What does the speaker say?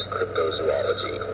Cryptozoology